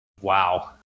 Wow